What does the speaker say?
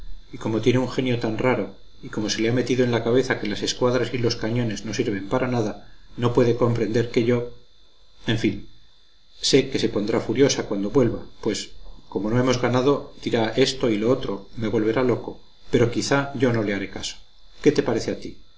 y como tiene un genio tan raro y como se le ha metido en la cabeza que las escuadras y los cañones no sirven para nada no puede comprender que yo en fin sé que se pondrá furiosa cuando vuelva pues como no hemos ganado dirá esto y lo otro me volverá loco pero quiá yo no le haré caso qué te parece a ti